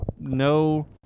no